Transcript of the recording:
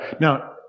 Now